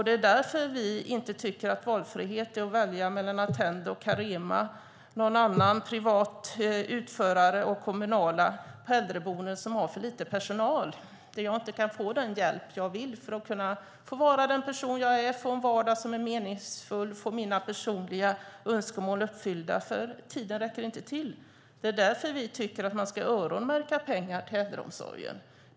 Det är därför vi inte tycker att valfrihet är att välja mellan Attendo, Carema, någon annan privat utförare och kommunala äldreboenden som har för lite personal. Där kan man inte få den hjälp man vill ha för att kunna vara den person man är, få en vardag som är meningsfull och få sina personliga önskemål uppfyllda eftersom tiden inte räcker till. Det är därför vi tycker att man ska öronmärka pengar till äldreomsorgen.